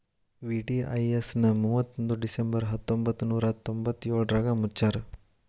VDIS ನ ಮುವತ್ತೊಂದ್ December ಹತ್ತೊಂಬತ್ ನೂರಾ ತೊಂಬತ್ತಯೋಳ್ರಾಗ ಮುಚ್ಚ್ಯಾರ